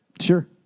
Sure